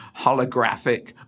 holographic